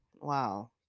Wow